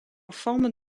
forme